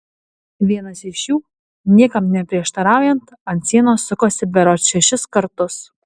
vienas iš jų niekam neprieštaraujant ant sienos sukosi berods šešis kartus